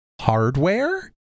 hardware